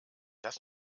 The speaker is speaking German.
das